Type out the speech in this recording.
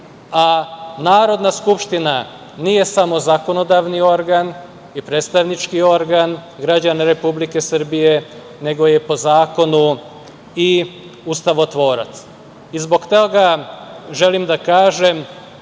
a Narodna skupština nije samo zakonodavni organ i predstavnički organ građana Republike Srbije, nego je po zakonu i ustavotvorac. Zbog toga želim da kažem